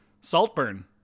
Saltburn